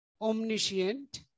omniscient